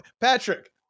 Patrick